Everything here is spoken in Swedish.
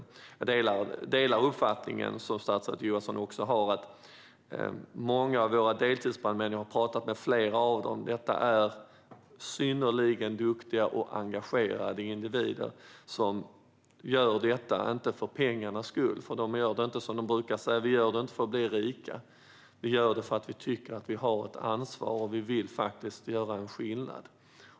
Jag delar den uppfattning som statsrådet Johansson har att många av våra deltidsbrandmän - jag har talat med flera av dem om detta - är synnerligen duktiga och engagerade individer. De gör inte detta för pengarnas skull. De brukar säga: Vi gör det inte för att bli rika, utan vi gör det för att vi tycker att vi har ett ansvar och för att vi vill göra skillnad.